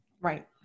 Right